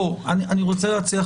אני רוצה להציע,